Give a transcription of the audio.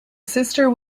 sister